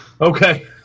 Okay